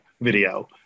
video